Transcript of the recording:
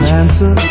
answer